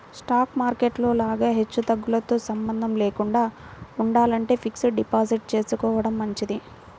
stock market లో లాగా హెచ్చుతగ్గులతో సంబంధం లేకుండా ఉండాలంటే ఫిక్స్డ్ డిపాజిట్ చేసుకోడం మంచిది